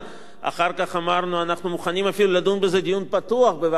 אחר כך אמרנו שאנחנו מוכנים אפילו לדון בזה בדיון פתוח בוועדת החינוך,